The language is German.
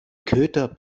köter